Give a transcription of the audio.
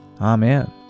Amen